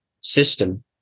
system